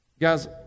Guys